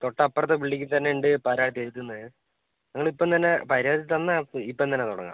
തൊട്ടപ്പുറത്തെ ബിൽഡിങ്ങിൽ തന്നെയുണ്ട് പരാതി എഴുതുന്നത് നിങ്ങൾ ഇപ്പം തന്നെ പരാതി തന്നാൽ ഇപ്പം തന്നെ തുടങ്ങാം